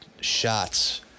shots